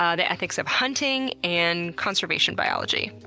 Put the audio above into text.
ah the ethics of hunting, and conservation biology.